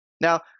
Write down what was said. Now